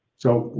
so,